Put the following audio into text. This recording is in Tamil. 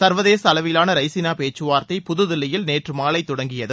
சர்வதேச அளவிலான ரெய்சினா பேச்சுவார்த்தை புதுதில்லியில் நேற்று மாலை தொடங்கியது